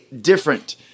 different